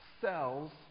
cells